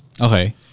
okay